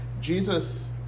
Jesus